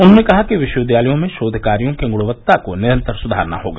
उन्होंने कहा कि विश्वविद्यालयों में शोध कार्यो की गुणक्ता को निरन्तर सुधारना होगा